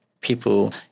people